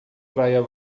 praia